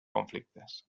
conflictes